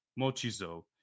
Mochizo